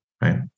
right